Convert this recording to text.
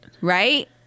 Right